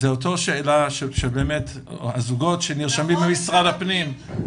זה אותו שאלה של באמת הזוגות שנרשמים במשרד הפנים.